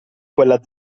quella